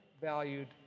valued